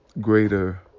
greater